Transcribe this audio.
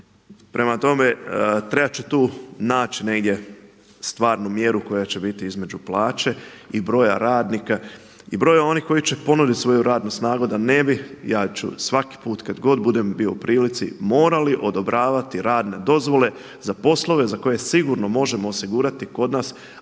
Prema tome, trebat će tu naći negdje stvarnu mjeru koja će biti između plaće i broja radnika i broja onih koji će ponuditi svoju radnu snagu da ne bi ja ću svaki put kada god budem u prilici, morali odobravati radne dozvole za poslove za koje sigurno možemo osigurati kod nas